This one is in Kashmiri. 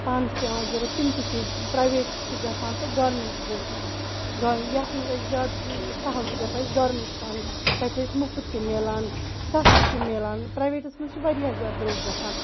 پَن چھِ پیٚوان ضوٚرَتھ تِم تہِ چھِ ییٚتہِ پرایویٹ تہِ چھِ گَژھان تہِ گارمنٹزَز گا یَتھ مَنٛز اَسہِ زیاد سَہَل چھُ گَژھان اَسہِ گارمنٹِس اَنٕنۍ تَتہِ چھِ اَسہِ مُفُت تہِ مِلان سَستہٕ تہِ مِلان پرایویٹَس مَنٛز چھُ واریاہ زیادِ دروٚگ گَژھان